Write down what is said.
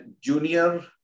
junior